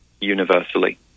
universally